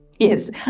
Yes